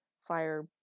fire